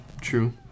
True